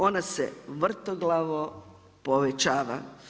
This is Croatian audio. Ona se vrtoglavo povećava.